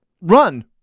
run